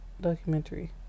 Documentary